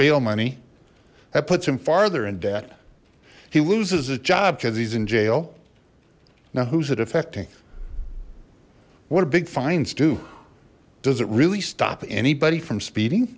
bail money that puts him farther in debt he loses a job because he's in jail now who's it affecting what a big fines do does it really stop anybody from speeding